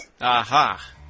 Aha